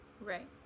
Right